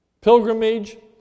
pilgrimage